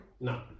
No